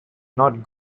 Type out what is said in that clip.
not